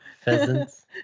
Pheasants